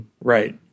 Right